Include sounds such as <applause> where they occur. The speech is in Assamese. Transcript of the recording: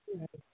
<unintelligible>